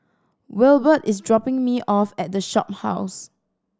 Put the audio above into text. Wilbert is dropping me off at The Shophouse